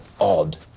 odd